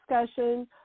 discussion